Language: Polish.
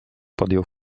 podjął